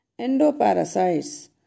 Endoparasites